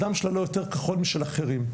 הדם שלה לא יותר כחול משל אחרים.